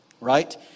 Right